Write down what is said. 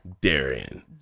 Darian